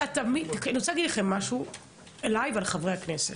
אני רוצה להגיד לכם משהו לגביי ולגבי חברי הכנסת